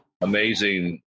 amazing